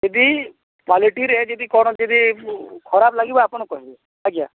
ଯଦି କ୍ଵାଲିଟିରେ ଯଦି କଣ ଯଦି ଖରାପ ଲାଗିବ ଆପଣ କହିବେ ଆଜ୍ଞା